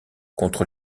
contre